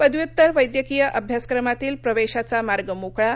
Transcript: पद्व्युत्तर वैद्यकीय अभ्यासक्रमातील प्रवेशाचा मार्ग मोकळा